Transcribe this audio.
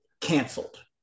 canceled